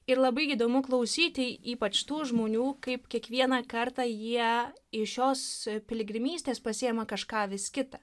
ir labai įdomu klausyti ypač tų žmonių kaip kiekvieną kartą jie iš šios piligrimystės pasiima kažką vis kitą